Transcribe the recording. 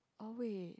oh wait